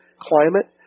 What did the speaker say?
climate